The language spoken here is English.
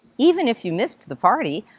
even if you missed the party,